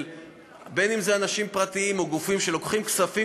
אם אנשים פרטיים או גופים שלוקחים כספים